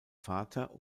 vater